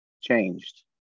changed